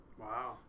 Wow